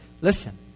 Listen